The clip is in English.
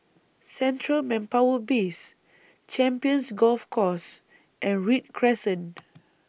Central Manpower Base Champions Golf Course and Read Crescent